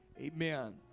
Amen